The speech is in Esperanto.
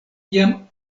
jam